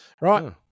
Right